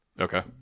Okay